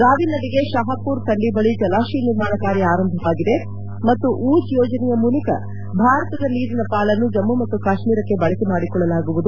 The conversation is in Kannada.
ರಾವಿ ನದಿಗೆ ಶಾಹಾಪುರ್ ಕಂಡಿ ಬಳಿ ಜಲಾಶಯ ನಿರ್ಮಾಣ ಕಾರ್ಯ ಆರಂಭವಾಗಿದೆ ಮತ್ತು ಊಜ್ ಯೋಜನೆಯ ಮೂಲಕ ಭಾರತದ ನೀರಿನ ಪಾಲನ್ನು ಜಮ್ಮು ಮತ್ತು ಕಾಶ್ಮೀರಕ್ನೆ ಬಳಕೆ ಮಾಡಿಕೊಳ್ಳಲಾಗುವುದು